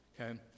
okay